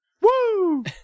Woo